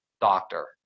doctor